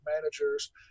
managers